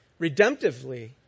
redemptively